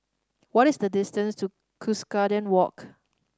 what is the distance to Cuscaden Walk